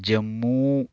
Jammu